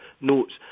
notes